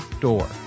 door